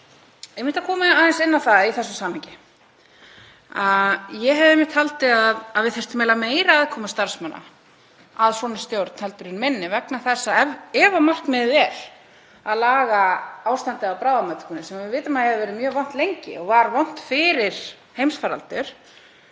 mig að koma aðeins inn á það í þessu samhengi. Ég hefði einmitt haldið að við þyrftum meiri aðkomu starfsmanna að svona stjórn en minni vegna þess að ef markmiðið er að laga ástandið á bráðamóttökunni, sem við vitum að hefur verið mjög vont lengi og var vont fyrir heimsfaraldur,